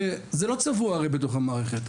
הרי זה לא צבוע בדוח המערכת,